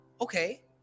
okay